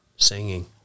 Singing